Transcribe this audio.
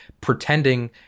pretending